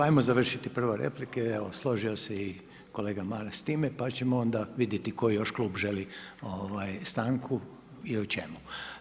Ajmo završiti prvo replike, složio se i kolega Maras s time pa ćemo onda vidjeti koji još Klub želi ovaj, stanku, i o čemu.